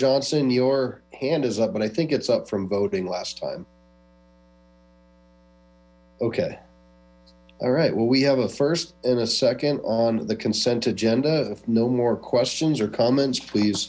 johnson in your hand is up but i think it's up from voting last time ok all right well we have a first in second on the consent agenda no more questions or comments please